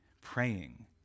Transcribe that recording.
praying